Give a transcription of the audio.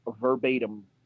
verbatim